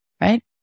right